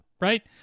Right